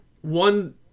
One